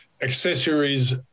accessories